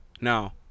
Now